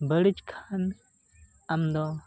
ᱵᱟᱹᱲᱤᱡ ᱠᱷᱟᱱ ᱟᱢᱫᱚ